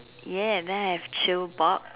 ya then I have chill box